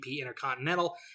Intercontinental